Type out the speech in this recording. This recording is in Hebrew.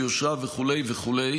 ביושרה וכו' וכו'